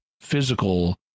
physical